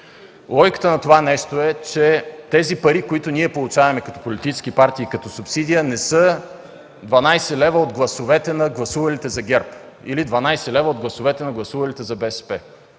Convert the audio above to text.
Логиката на това е, че парите, които получаваме като политически партии и като субсидия, не са 12 лв. от гласовете на гласувалите за ГЕРБ или 12 лв. от гласовете на гласувалите за БСП,